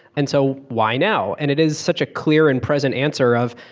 and so why now? and it is such a clear and present answer of,